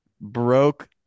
broke